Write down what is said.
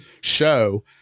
show